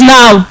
now